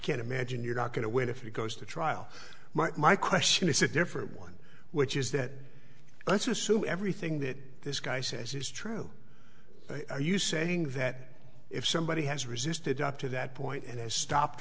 can imagine you're not going to win if he goes to trial might my question is a different one which is that let's assume everything that this guy says is true are you saying that if somebody has resisted up to that point and has stopped